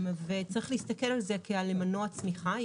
צריך להסתכל על זה כעל מנוע צמיחה.